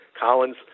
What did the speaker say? Collins